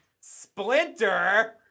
splinter